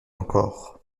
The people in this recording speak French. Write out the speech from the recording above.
encore